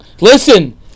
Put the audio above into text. Listen